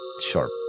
sharp